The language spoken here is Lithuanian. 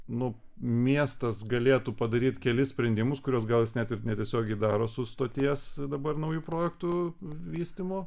nu miestas galėtų padaryt kelis sprendimus kuriuos gal net ir netiesiogiai daro su stoties dabar nauju projektu vystymo